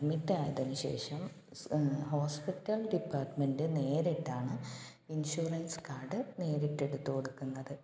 admit ആയതിന് ശേഷം hospital department നേരിട്ടാണ് ഇൻഷുറൻസ് കാഡ് നേരിട്ട് എടുത്ത് കൊടുക്കുന്നത്